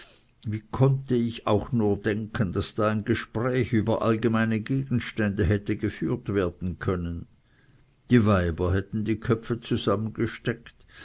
wie konnte ich auch nur denken daß da ein gespräch über allgemeine gegenstände hätte geführt werden können die weiber hätten die köpfe zusammengesteckt